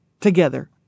together